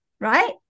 Right